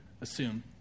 assume